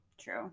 True